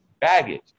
baggage